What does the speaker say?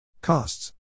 Costs